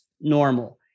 normal